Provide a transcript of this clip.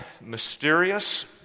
mysterious